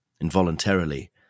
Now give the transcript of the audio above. Involuntarily